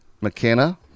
McKenna